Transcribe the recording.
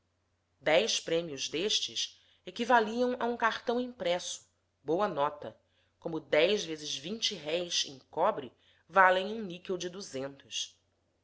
dez prêmios destes equivaliam a um cartão impresso boa nota como dez vezes vinte réis em cobre valem um níquel de duzentos